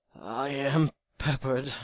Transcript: i am peppered,